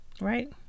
right